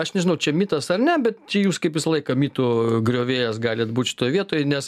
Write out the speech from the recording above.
aš nežinau čia mitas ar ne bet čia jūs kaip visą laiką mitų griovėjas galit būt šitoj vietoj nes